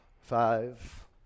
Five